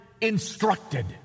instructed